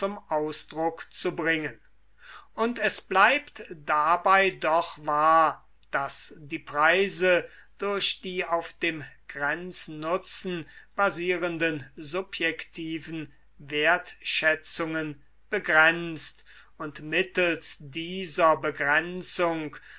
ausdruck zu bringen und es bleibt dabei doch wahr daß die preise durch die auf dem grenznutzen basierenden subjektiven wertschätzungen begrenzt und mittels dieser begrenzung